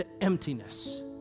emptiness